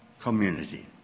community